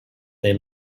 they